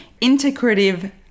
integrative